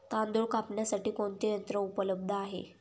तांदूळ कापण्यासाठी कोणते यंत्र उपलब्ध आहे?